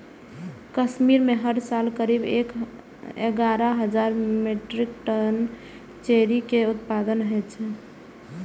कश्मीर मे हर साल करीब एगारह हजार मीट्रिक टन चेरी के उत्पादन होइ छै